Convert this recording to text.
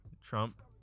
Trump